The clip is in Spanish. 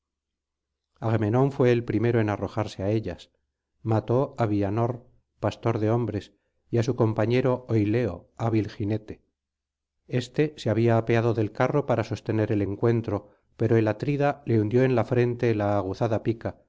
que fué el primero en arrojarse á ellas mató á bianor pastor de hombres y á su compañero oileo hábil jinete este se había apeado del carro para sostener el encuentro pero el atrida le hundió en la frente la aguzada pica